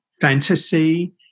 fantasy